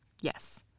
yes